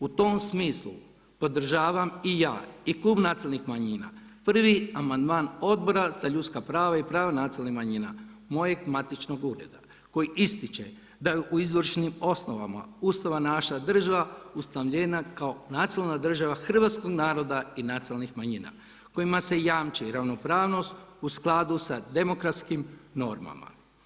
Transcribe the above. U tom smislu podržavam i ja i Klub nacionalnih manjina prvi amandman Odbora za ljudska prava i prava nacionalnih manjina, mojeg matičnog ureda koji ističe da u izvršnim osnovama Ustava naša država ustanovljena kao nacionalna država hrvatskog naroda i nacionalnih manjina kojima se jamči ravnopravnost u skladu sa demokratskim normama.